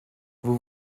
vous